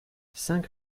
cinq